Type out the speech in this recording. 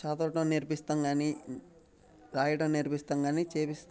చదవటం నేర్పిస్తాం కానీ రాయటం నేర్పిస్తాం కానీ చెపిస్